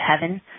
heaven